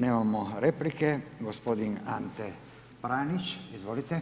Nemamo replike, g. Ante Pranić, izvolite,